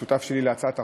שותף שלי להצעת החוק,